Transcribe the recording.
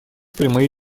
прямые